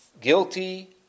guilty